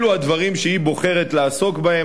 אלו הדברים שהיא בוחרת לעסוק בהם.